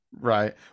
Right